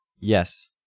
yes